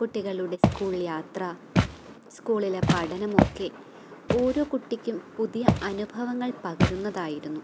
കുട്ടികളുടെ സ്കൂൾ യാത്ര സ്കൂളിലെ പഠനമൊക്കെ ഓരോ കുട്ടിക്കും പുതിയ അനുഭവങ്ങൾ പകരുന്നതായിരുന്നു